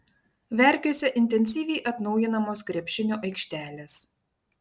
verkiuose intensyviai atnaujinamos krepšinio aikštelės